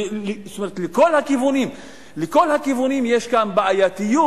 זאת אומרת, לכל הכיוונים יש בעייתיות.